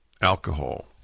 alcohol